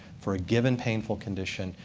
for a given painful condition,